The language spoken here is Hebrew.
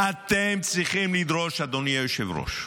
אתם צריכים לדרוש, אדוני היושב-ראש,